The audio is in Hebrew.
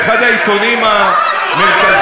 באחד העיתונים המרכזיים,